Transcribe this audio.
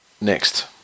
next